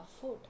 food